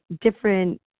different